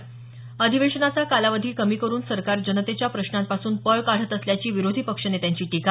स अधिवेशनाचा कालावधी कमी करून सरकार जनतेच्या प्रश्नांपासून पळ काढत असल्याची विरोधी पक्षनेत्यांची टीका